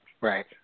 Right